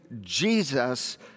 Jesus